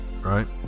right